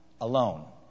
alone